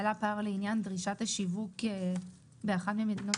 עלה פער לעניין דרישת השיווק באחת ממדינות